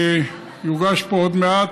שיוגש פה עוד מעט